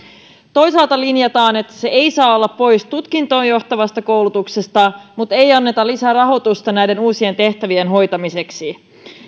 toisaalta linjataan että se ei saa olla pois tutkintoon johtavasta koulutuksesta mutta ei anneta lisärahoitusta näiden uusien tehtävien hoitamiseksi